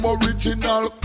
original